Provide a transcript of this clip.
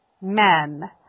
men